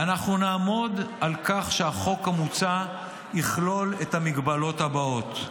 אנחנו נעמוד על כך שהחוק המוצע יכלול את המגבלות הבאות: